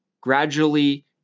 gradually